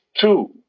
two